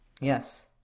Yes